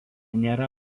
nėra